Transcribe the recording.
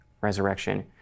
resurrection